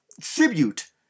tribute